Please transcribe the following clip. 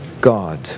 God